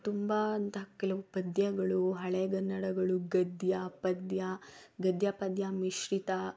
ತುಂಬ ಅಂತ ಕೆಲವು ಪದ್ಯಗಳು ಹಳೆಗನ್ನಡಗಳು ಘದ್ಯ ಪದ್ಯ ಗದ್ಯ ಪದ್ಯ ಮಿಶ್ರಿತ